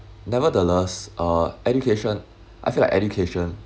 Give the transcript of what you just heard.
nevertheless uh education I feel like education